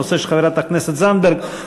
הנושא של חברת הכנסת זנדברג,